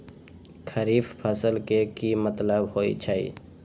खरीफ फसल के की मतलब होइ छइ?